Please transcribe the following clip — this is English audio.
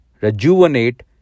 rejuvenate